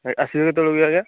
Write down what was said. ଆସିବେ କେତେବଳକୁ କି ଆଜ୍ଞା